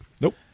nope